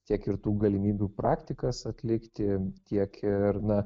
tiek ir tų galimybių praktikas atlikti tiek ir na